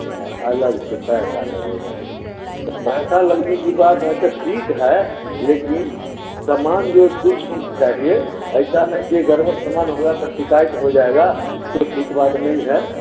अच्छा अलग से पैसे लगेंगे पैसा लगने की बात है तो ठीक है लेकिन समान जो दुछ हम चाहिए ऐसा नहीं है कि घर में समान होगा तो शिकायत हो जाएगी ये ठीक बात नहीं है